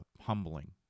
humbling